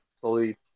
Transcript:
slowly